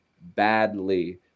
badly